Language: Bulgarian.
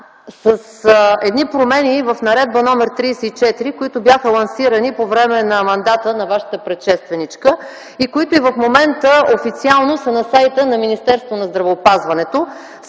с едни промени в Наредба № 34, които бяха лансирани по време на мандата на Вашата предшественичка, които официално и в момента са на сайта на Министерството на здравеопазването,